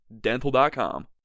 dental.com